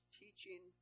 teaching